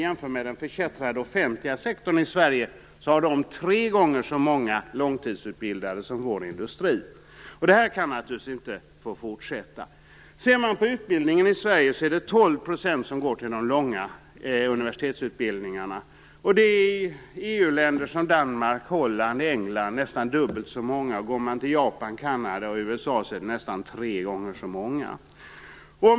I den förkättrade offentliga sektorn i Sverige är det tre gånger så många långtidsutbildade som inom vår industri. Detta kan naturligtvis inte få fortsätta. När det gäller utbildningen i Sverige är det 12 % som går till de långa universitetsutbildningarna. I EU länder som Holland, Danmark och England är det nästan dubbelt så många. I Japan, Kanada och USA är det nästan tre gånger så många.